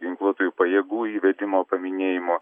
ginkluotųjų pajėgų įvedimo paminėjimu